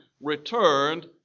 returned